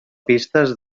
pistes